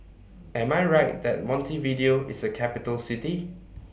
Am I Right that Montevideo IS A Capital City